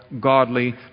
godly